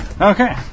Okay